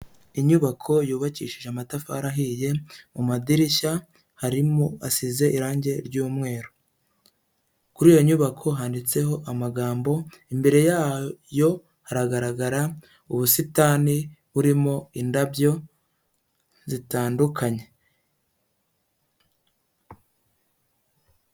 Inyubako yubakishije amatafari ahiye, mu madirishya harimo asize irangi ry'yumweru, kuri iyo nyubako handitseho amagambo, imbere yayo hagaragara ubusitani burimo indabyo zitandukanye.